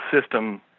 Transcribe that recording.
system